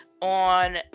On